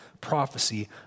prophecy